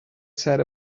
said